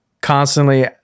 constantly